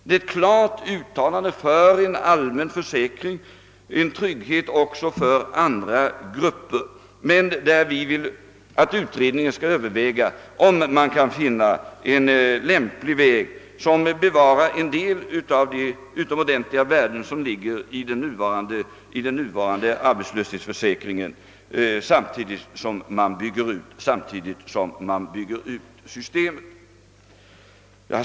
Det är ett klart uttalande för en allmän försäkring och en trygghet även för andra grupper, men vi vill att utredningen skall överväga, om man kan finna en lämplig väg som bevarar en del av de utomordentliga värden som ligger i den nuvarande arbetslöshetsförsäkringen, samtidigt som man bygger ut systemet.